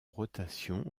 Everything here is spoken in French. rotation